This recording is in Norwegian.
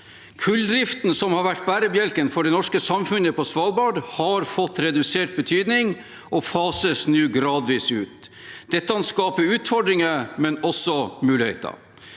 Kulldriften, som har vært bærebjelken for det norske samfunnet på Svalbard, har fått redusert betydning og fases nå gradvis ut. Dette skaper utfordringer, men også muligheter.